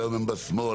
פעם בשמאל,